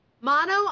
Mono